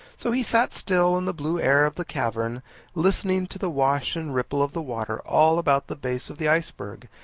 so he sat still in the blue air of the cavern listening to the wash and ripple of the water all about the base of the iceberg,